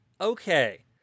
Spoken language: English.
Okay